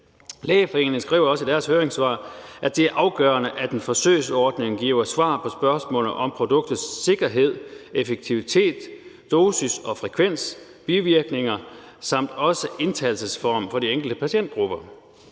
Lægeforeningen skriver også i deres høringssvar, at det er afgørende, at en forsøgsordning giver svar på spørgsmålet om produktets sikkerhed, effektivitet, dosis og frekvens, bivirkninger samt indtagelsesform for de enkelte patientgrupper.